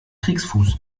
kriegsfuß